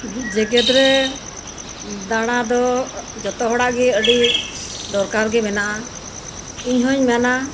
ᱡᱮᱜᱮᱫ ᱨᱮ ᱫᱟᱲᱟ ᱫᱚ ᱡᱚᱛᱚ ᱦᱚᱲᱟᱜ ᱜᱮ ᱟᱹᱰᱤ ᱫᱚᱨᱠᱟᱨ ᱜᱮ ᱢᱮᱱᱟᱜᱼᱟ ᱤᱧ ᱦᱚᱧ ᱢᱮᱱᱟ